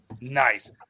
Nice